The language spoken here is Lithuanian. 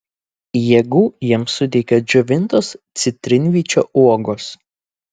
jėgų jiems suteikia džiovintos citrinvyčio uogos